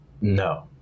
No